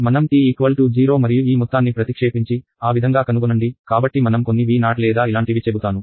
మనం t 0 మరియు ఈ మొత్తాన్ని ప్రతిక్షేపించి ఆ విధంగా కనుగొనండి కాబట్టి మనం కొన్ని Vo లేదా ఇలాంటివి చెబుతాను